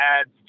adds